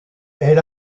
elle